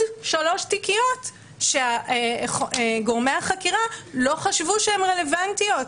שלוש תיקיות שגורמי החקירה לא חשבו שהן רלוונטיות,